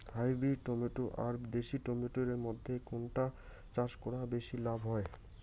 Hybrid tomato আর দেশি tomato এর মইধ্যে কোনটা চাষ করা বেশি লাভ হয়?